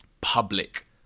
public